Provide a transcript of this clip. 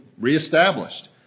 reestablished